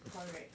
correct